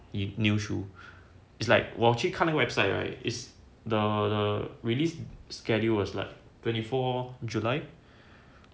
new shoe it's like 我去看那个 website right the release schedule was like twenty four july